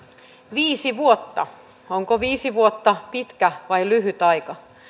viisi vuotta onko viisi vuotta pitkä vai lyhyt aika